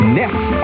next